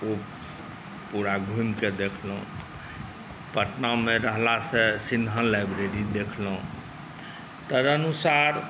ओ पूरा घुमि कऽ देखलहुँ पटनामे रहलासँ सिन्हा लाइब्रेरी देखलहुँ तदनुसार